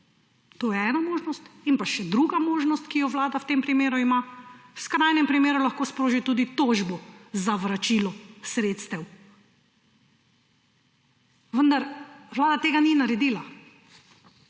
To je ena možnost. In pa še druga možnost, ki jo Vlada v tem primeru ima, v skrajnem primeru lahko sproži tudi tožbo za vračilo sredstev, vendar Vlada tega ni naredila,